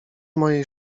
mojej